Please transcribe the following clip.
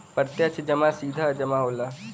प्रत्यक्ष जमा सीधा जमा होला